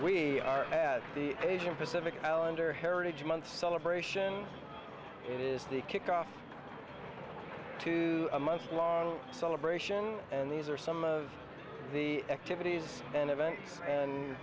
we are the asian pacific islander heritage month celebration it is the kickoff to a month long celebration and these are some of the activities and events and